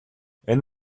энэ